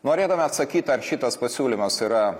norėdami atsakyti ar šitas pasiūlymas yra